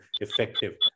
effective